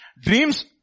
dreams